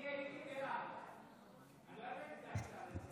אני מוסיף את קולו של סגן השר שוסטר,